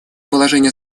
положение